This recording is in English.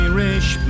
Irish